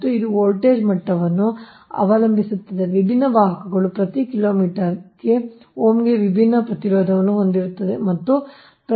ಮತ್ತು ಇದು ವೋಲ್ಟೇಜ್ ಮಟ್ಟವನ್ನು ಅವಲಂಬಿಸಿರುತ್ತದೆ ವಿಭಿನ್ನ ವಾಹಕಗಳು ಪ್ರತಿ ಕಿಲೋಮೀಟರ್ಗೆ ಓಮ್ಗೆ ವಿಭಿನ್ನ ಪ್ರತಿರೋಧವನ್ನು ಹೊಂದಿರುತ್ತವೆ ಮತ್ತು ಆ ಪ್ರತಿಕ್ರಿಯಾತ್ಮಕ ಬಲ